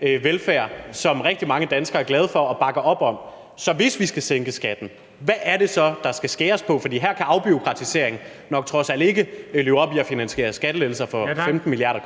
velfærd, som rigtig mange danskere er glade for og bakker op om. Så hvis vi skal sænke skatten, hvad er det så, der skal skæres på? For her kan afbureaukratisering trods alt nok ikke løbe op i at finansiere skattelettelser for 15 mia.